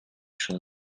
choses